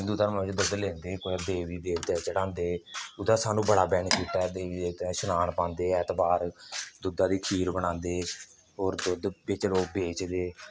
हिन्दू धर्में च दुद्ध लेंदे कोई देवी देवते दे चढ़ांदे ओह्दा सानूं बड़ा बैनीफिट ऐ देवी देवते दे श्नान पांदे ऐतबार दुद्धा दी खीर बनांदे होर दुद्ध बिच्च लोक बेचदे